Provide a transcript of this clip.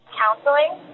counseling